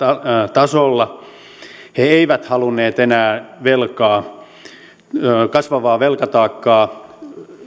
tasolla he eivät halunneet enää kasvavaa velkataakkaa